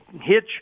hitch